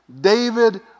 David